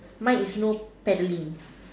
mine is no paddling